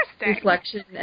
reflection